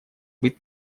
быть